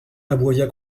aboya